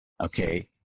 Okay